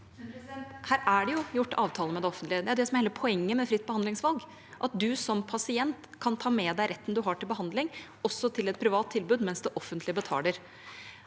Her er det gjort avtale med det offentlige. Det er jo det som er hele poenget med fritt behandlingsvalg, at man som pasient kan ta med seg retten man har til behandling, også til et privat tilbud, og at det offentlige betaler.